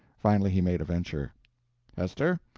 finally he made a venture hester,